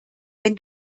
wenn